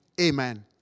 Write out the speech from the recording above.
Amen